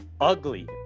ugly